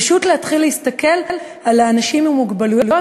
פשוט להתחיל להסתכל על האנשים עם מוגבלויות